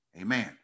Amen